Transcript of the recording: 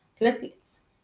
platelets